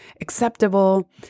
acceptable